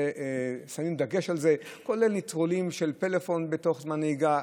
שמים דגש על זה: כל מיני ניטרולים של פלאפון בזמן הנהיגה,